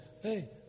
Hey